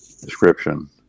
description